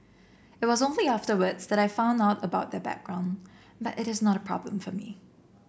it was only afterwards that I found out about their background but it is not a problem for me